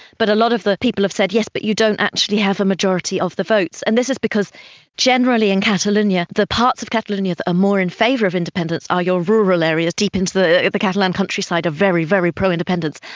but a lot of the people have said, yes, but you don't actually have a majority of the votes. and this is because generally in catalonia the parts of catalonia that are more in favour of independence are your rural areas, deep into the the catalan countryside are very, very pro-independence,